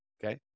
Okay